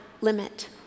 limit